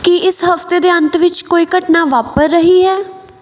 ਕੀ ਇਸ ਹਫ਼ਤੇ ਦੇ ਅੰਤ ਵਿੱਚ ਕੋਈ ਘਟਨਾ ਵਾਪਰ ਰਹੀ ਹੈ